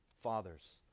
fathers